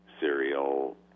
cereal